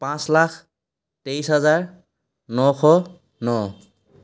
পাঁচ লাখ তেইশ হাজাৰ নশ ন